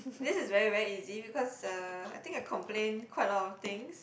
this is very very easy because uh I think I complain quite a lot of things